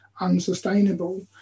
unsustainable